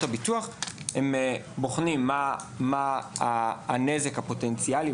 הביטוח הם בוחנים מה הנזק הפוטנציאלי,